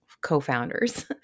co-founders